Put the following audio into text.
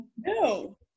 No